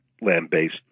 land-based